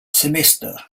semester